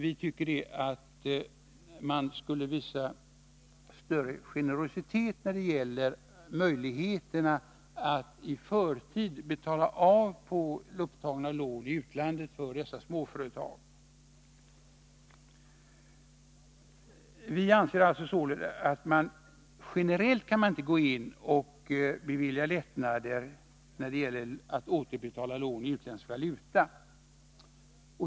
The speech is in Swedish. Vi tycker emellertid att man skulle visa större generositet när det gäller möjligheterna för dessa småföretag att i förtid betala av på i utlandet upptagna lån. Generellt kan man dock inte gå in och bevilja lättnader när det gäller att återbetala lån i utländsk valuta.